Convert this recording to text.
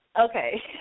Okay